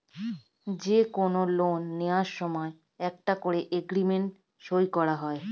যে কোনো লোন নেয়ার সময় একটা করে এগ্রিমেন্ট সই করা হয়